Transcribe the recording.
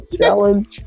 challenge